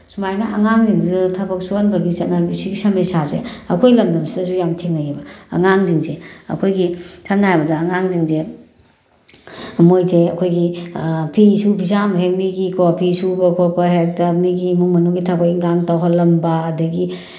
ꯁꯨꯃꯥꯏꯅ ꯑꯉꯥꯡꯁꯤꯡꯁꯤꯗ ꯊꯕꯛ ꯁꯨꯍꯟꯕꯒꯤ ꯆꯠꯅꯕꯤ ꯁꯤ ꯁꯃꯁ꯭ꯌꯥꯁꯦ ꯑꯩꯈꯣꯏ ꯂꯝꯗꯝꯁꯤꯗꯁꯨ ꯌꯥꯝ ꯊꯦꯡꯅꯩꯌꯦꯕ ꯑꯉꯥꯡꯁꯤꯡꯁꯦ ꯑꯩꯈꯣꯏꯒꯤ ꯁꯝꯅ ꯍꯥꯏꯔꯕꯗ ꯑꯉꯥꯡꯁꯤꯡꯁꯦ ꯃꯣꯏꯁꯦ ꯑꯩꯈꯣꯏꯒꯤ ꯐꯤꯁꯨ ꯐꯤꯖꯥꯝ ꯍꯦꯛ ꯃꯤꯒꯤꯀꯣ ꯐꯤ ꯁꯨꯕ ꯈꯣꯠꯄ ꯍꯦꯛꯇ ꯃꯤꯒꯤ ꯏꯃꯨꯡ ꯃꯅꯨꯡꯒꯤ ꯊꯕꯛ ꯏꯪꯈꯥꯡ ꯇꯧꯍꯜꯂꯝꯕ ꯑꯗꯒꯤ